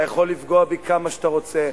אתה יכול לפגוע בי כמה שאתה רוצה,